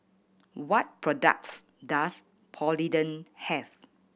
what products does Polident have